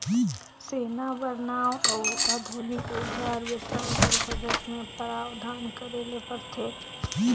सेना बर नावां अउ आधुनिक अउजार बेसाए बर बजट मे प्रावधान करे ले परथे